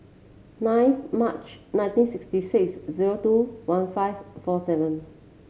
ninth March nineteen sixty six zero two one five four seven